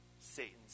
Satan's